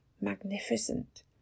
Magnificent